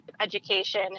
education